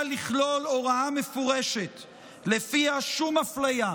לכלול הוראה מפורשת שלפיה לא תיעשה שום אפליה,